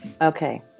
Okay